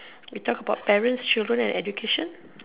we talk about parents children and education